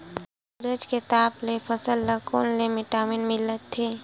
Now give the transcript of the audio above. सूरज के ताप ले फसल ल कोन ले विटामिन मिल थे?